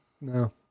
no